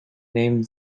named